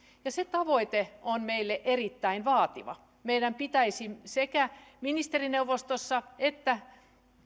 ja se tavoite on meille erittäin vaativa meidän pitäisi sekä ministerineuvostossa että